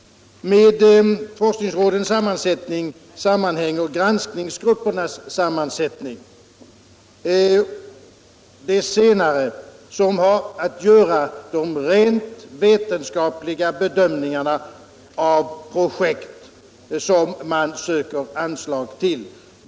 Med forskningsrådens sammansättning sammanhänger granskningsgruppernas sammansättning. Dessa har att göra de rent vetenskapliga bedömningarna av projekt som man söker anslag till.